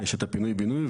יש את הפינוי בינוי,